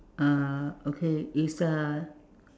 uh okay it's a